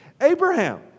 Abraham